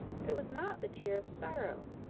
but it was not the tear of sorrow.